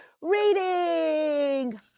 reading